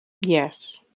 yes